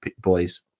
boys